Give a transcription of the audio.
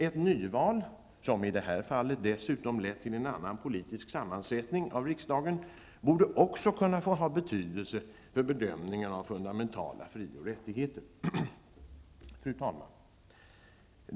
Ett val, som i det här fallet dessutom lett till en annan politisk sammansättning av riksdagen, borde också kunna få ha betydelse för bedömningen av fundamentala fri och rättigheter. Fru talman!